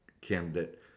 candidate